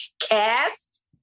cast